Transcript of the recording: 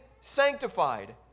sanctified